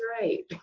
right